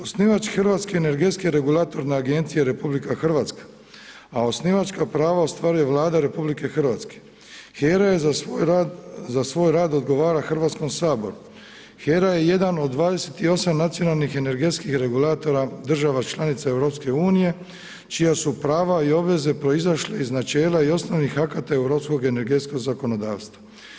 Osnivač Hrvatske energetske regulatorne agencije RH a osnivačka prava ostvaruje Vlada Republike Hrvatske, HERA je za svoj rad odgovara Hrvatskom saboru, HERA je jedan od 28 nacionalnih energetskih regulatora, država članica EU, čija su prava i obveze proizašla iz načela i osnovnih akata Europskog energetskog zakonodavstva.